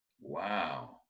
Wow